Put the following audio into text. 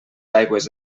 aigües